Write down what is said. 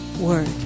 word